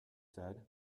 said